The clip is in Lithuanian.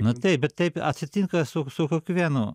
na taip bet taip atsitinka su su kiekvienu